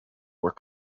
were